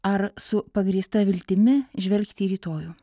ar su pagrįsta viltimi žvelgti į rytojų